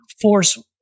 force